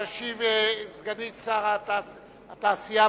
תשיב סגנית שר התעשייה,